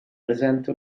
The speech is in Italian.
presente